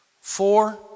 Four